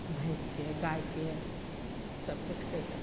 भैंसके गायके सब किछु कैलक